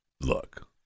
look